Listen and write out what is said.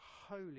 holy